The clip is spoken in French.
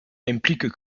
implique